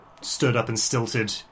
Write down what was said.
stood-up-and-stilted